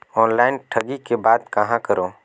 Online ठगी के बाद कहां करों?